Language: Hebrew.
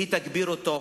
היא תגביר אותו.